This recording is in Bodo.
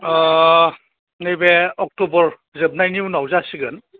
ओ नैबे अक्ट'बर जोबनायनि उनाव जासिगोन